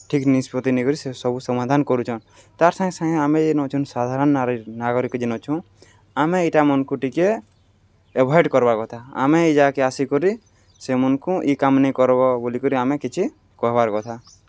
ଠିକ୍ ନିଷ୍ପତି ନେଇକରି ସେ ସବୁ ସମାଧାନ୍ କରୁଚନ୍ ତାର୍ ସାଙ୍ଗେ ସାଙ୍ଗେ ଆମେ ଯେନ୍ ଅଛୁ ସାଧାରଣ୍ ନାଗରିକ ଯେନ୍ ଅଛୁଁ ଆମେ ଇଟାମନ୍କୁ ଟିକେ ଏଭଏଡ଼୍ କର୍ବାର୍ କଥା ଆମେ ଇ ଜାଗାକେ ଆସିକରି ସେମନ୍କୁ ଇ କାମ୍ ନେଇ କର୍ବ ବୋଲିିକରି ଆମେ କିଛି କହେବାର୍ କଥା